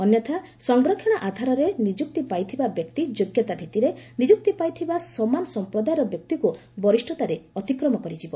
ଅନ୍ୟଥା ସଂରକ୍ଷଣ ଆଧାରରେ ନିଯୁକ୍ତି ପାଇଥିବା ବ୍ୟକ୍ତି ଯୋଗ୍ୟତାଭିଭିରେ ନିଯୁକ୍ତି ପାଇଥିବା ସମାନ ସଂପ୍ରଦାୟର ବ୍ୟକ୍ତିକୁ ବରିଷତାରେ ଅତିକ୍ରମ କରିଯିବ